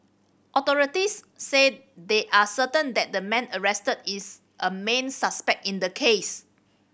authorities said they are certain that the man arrested is a main suspect in the case